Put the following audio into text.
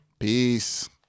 Peace